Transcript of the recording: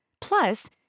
Plus